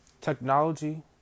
Technology